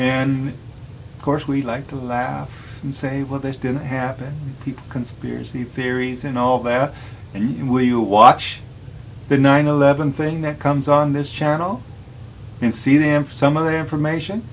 and of course we like to laugh and say well this didn't happen people conspiracy theories and all that and when you watch the nine eleven thing that comes on this channel and see them for some of the information